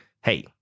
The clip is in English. hey